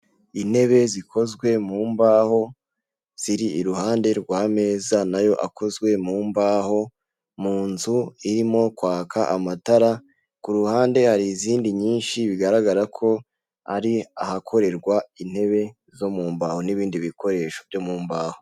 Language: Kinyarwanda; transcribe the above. Intebe zikozwe mu mbaho ziri iruhande rw'ameza nayo akozwe mu mbaho mu nzu irimo kwaka amatara ku ruhande hari izindi nyinshi bigaragara ko ari ahakorerwa intebe zo mu mbaho n'ibindi bikoresho byo mu mbaho.